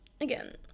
again